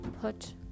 put